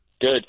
good